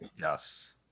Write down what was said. Yes